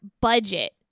budget